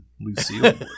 Lucille